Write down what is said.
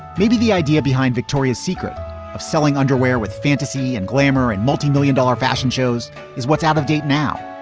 maybe the idea behind victoria's secret of selling underwear with fantasy and glamour and multi-million dollar fashion shows is what's out of date now.